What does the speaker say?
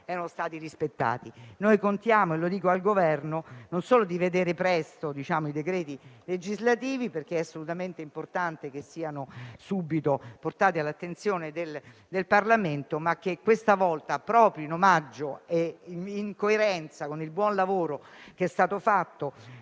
sono stati rispettati. Noi contiamo - e lo dico al Governo - non solo di vedere presto i decreti legislativi, perché è assolutamente importante che siano subito portati all'attenzione del Parlamento, ma anche che questa volta, proprio in omaggio e in coerenza con il buon lavoro che è stato svolto